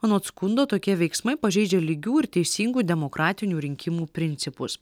anot skundo tokie veiksmai pažeidžia lygių ir teisingų demokratinių rinkimų principus